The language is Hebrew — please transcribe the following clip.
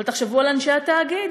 אבל תחשבו על אנשי התאגיד,